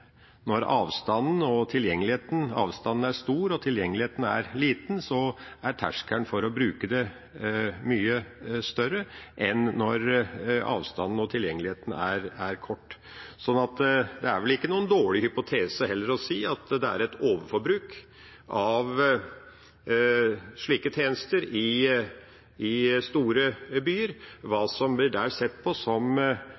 avstanden er stor og tilgjengeligheten er liten, er terskelen for å bruke et tilbud mye høyere enn når avstanden er kort og tilgjengeligheten god. Det er vel heller ikke noen dårlig hypotese å si at det er et overforbruk av slike tjenester i store byer. Hva